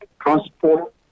transport